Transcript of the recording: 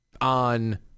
on